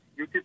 YouTube